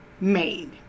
Made